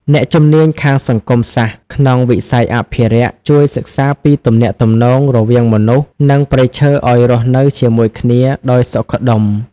អ្នកជំនាញខាងសង្គមសាស្ត្រក្នុងវិស័យអភិរក្ស ជួយសិក្សាពីទំនាក់ទំនងរវាងមនុស្ស និងព្រៃឈើឱ្យរស់នៅជាមួយគ្នាដោយសុខដុម។